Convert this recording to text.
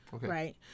right